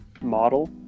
model